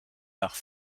nach